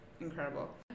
incredible